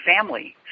family